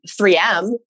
3M